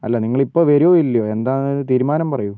അല്ല നിങ്ങളിപ്പം വരുവോ ഇല്ലയോ എന്താന്ന് തീരുമാനം പറയൂ